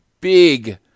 big